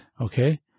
Okay